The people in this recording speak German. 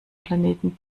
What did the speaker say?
planeten